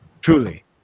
Truly